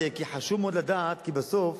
חשוב לדעת, כי בסוף